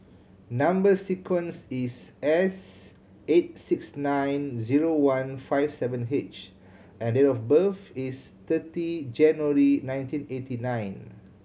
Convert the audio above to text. number sequence is S eight six nine zero one five seven H and date of birth is thirty January nineteen eighty nine